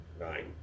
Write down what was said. Nine